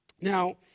Now